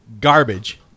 garbage